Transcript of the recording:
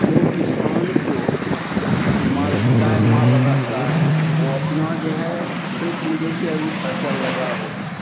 जो किसान को माल गाय माल रहता है वह अपना जो है खेत में से अभी फसल लगा हुआ है